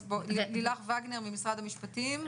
אז לילך וגנר ממשרד המשפטים.